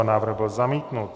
Návrh byl zamítnut.